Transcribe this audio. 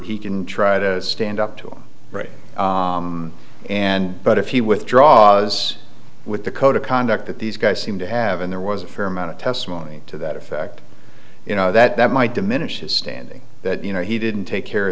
he can try to stand up to rape and but if he withdraws with the code of conduct that these guys seem to have and there was a fair amount of testimony to that effect you know that might diminish his standing that you know he didn't take care